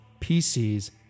PCs